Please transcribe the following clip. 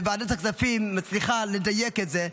וועדת הכספים מצליחה לדייק את זה,